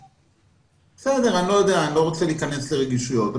בסדר, אני לא רוצה להיכנס לרגישויות.